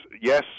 Yes